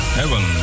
heaven